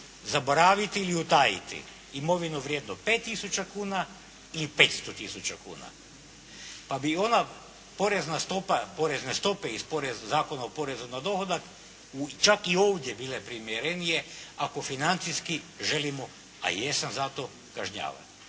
zaboraviti ili utajiti imovinu vrijednu 5 tisuća kuna i 500 tisuća kuna, pa bi ona porezna stopa, porezne stope iz Zakona o porezu na dohodak čak i ovdje bile primjerenije, ako financijski želimo, a jesam za to, kažnjavanje.